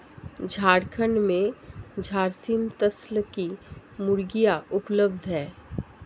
झारखण्ड में झारसीम नस्ल की मुर्गियाँ उपलब्ध है